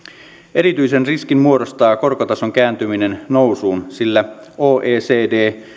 erityisen riskin muodostaa korkotason kääntyminen nousuun sillä oecd